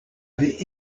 avaient